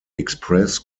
express